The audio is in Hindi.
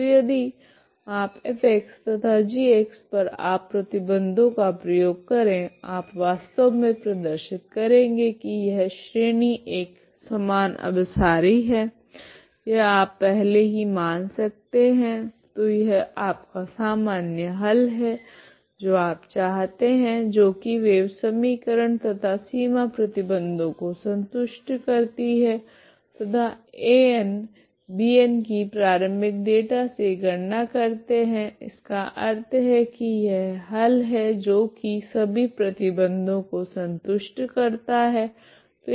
तो यदि आप f तथा g पर आप प्रतिबंधों का प्रयोग करे आप वास्तव मे प्रदर्शित करेगे की यह श्रेणी एक समान अभिसारी है यह आप पहले ही मान सकते है तो यह आपका सामान्य हल है जो आप चाहते है जो की वेव समीकरण तथा सीमा प्रतिबंधों को संतुष्ट करती है तथा An Bn की प्रारम्भिक डेटा से गणना करते है इसका अर्थ है की यह हल है जो की सभी प्रतिबंधों को संतुष्ट करता है